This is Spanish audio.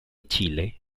chile